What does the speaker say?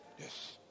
Yes